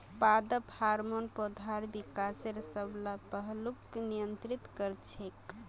पादप हार्मोन पौधार विकासेर सब ला पहलूक नियंत्रित कर छेक